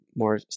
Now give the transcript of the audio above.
More